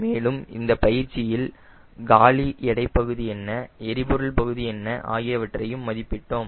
மேலும் இந்தப் பயிற்சியில் காலி எடைப்பகுதி என்ன எரிபொருள் பகுதி என்ன ஆகியவற்றையும் மதிப்பிட்டோம்